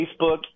Facebook